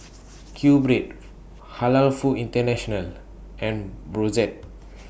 Q Bread Halal Foods International and Brotzeit